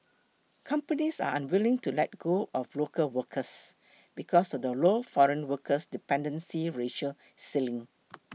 companies are unwilling to let go of local workers because of the low foreign workers the dependency ratio ceiling